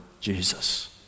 Jesus